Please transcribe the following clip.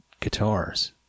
guitars